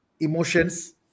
Emotions